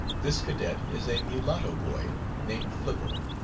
this cadet is a mulatto boy named flipper.